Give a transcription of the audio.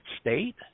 state